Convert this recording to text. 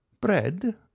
Bread